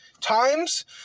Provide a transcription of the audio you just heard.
times